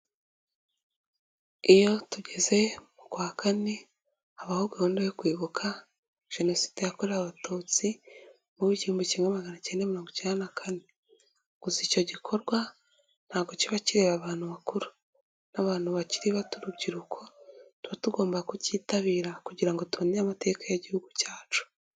Iyo tugeze mu kwa kane habaho gahunda yo kwibuka jenoside yakorewe abatutsi mu gihumbi kimwe magana icyenda mirongo icyenda na kane, gusa icyo gikorwa ntabwo kiba kireba abantu bakuru n'abantu bakiri bato, urubyiruko tuba tugomba kucyitabira kugira ngo tubone amateka y'igihugu cyacu.